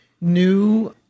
new